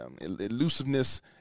elusiveness